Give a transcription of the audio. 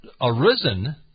arisen